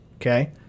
Okay